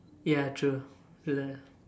ya true true that